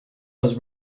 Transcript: was